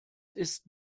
ist